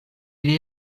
ili